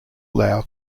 allow